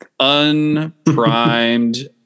unprimed